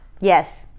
Yes